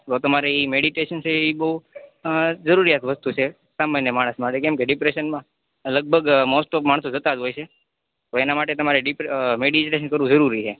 તો તમારે ઈ મેડિટેશન છે ઈ બોઉ જરૂરિયાત વસ્તુ છે સામાન્ય માણસ માટે કેમ કે ડિપ્રેશનમાં લગભગ મોસ્ટ ઓફ માણસો જતાં જ હોય છે તો એના માટે તમારે ડીપ મેડિટેશન કરવું જરૂરી છે